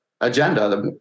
agenda